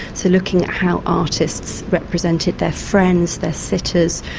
so looking at how artists represented their friends, their sitters,